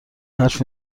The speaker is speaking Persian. حرف